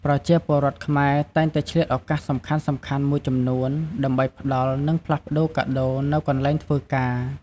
ប្រជាពលរដ្ឋខ្មែរតែងតែឆ្លៀតឱកាសសំខាន់ៗមួយចំនួនដើម្បីផ្តល់និងផ្លាស់ប្ដូរកាដូរនៅកន្លែងធ្វើការ។